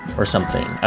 or something. i